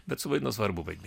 bet suvaidino svarbų vaidmenį